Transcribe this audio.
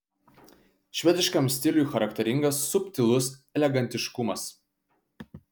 švediškam stiliui charakteringas subtilus elegantiškumas